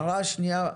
הערה שניה: